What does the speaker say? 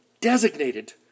designated